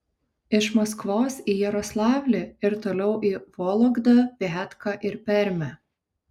iš maskvos į jaroslavlį ir toliau į vologdą viatką ir permę